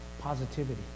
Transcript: positivity